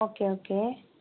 okay okay